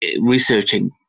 researching